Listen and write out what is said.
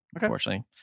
unfortunately